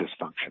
dysfunction